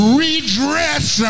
redress